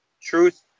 truth